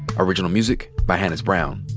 original music by hannis brown.